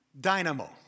dynamo